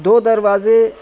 دو دروازے